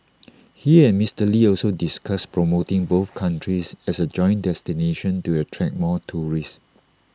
he and Mister lee also discussed promoting both countries as A joint destination to attract more tourists